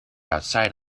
outside